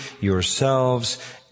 yourselves